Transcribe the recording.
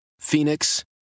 Phoenix